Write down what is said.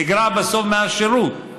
נגרע בסוף מהשירות.